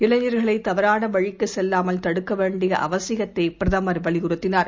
இளைஞர்கள்தவறானவழிக்குசெல்லாமல்தடுக்கவேண்டியஅவசியத்தைபிரதமர்வலி யுறுத்தினார்